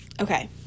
Okay